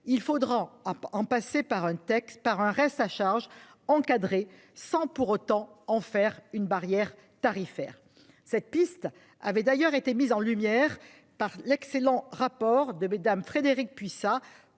Il faudra en passer par un texte par un reste à charge encadrés sans pour autant en faire une barrière tarifaire cette piste avait d'ailleurs été mises en lumière par l'excellent rapport de Madame, Frédérique Puissat